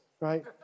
right